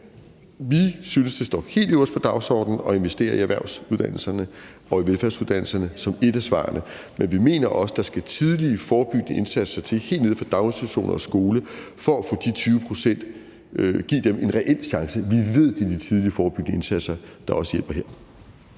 Vi synes, at det står helt øverst på dagsordenen at investere i erhvervsuddannelserne og i velfærdsuddannelserne, som et af svarene, men vi mener også, at der skal tidlige, forebyggende indsatser til helt nede på daginstitutions- og skoleområdet for at give de 20 pct. en reel chance. Vi ved, at det er de tidlige, forebyggende indsatser, der også hjælper her.